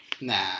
Nah